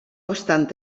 obstant